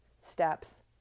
steps